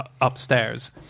upstairs